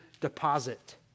deposit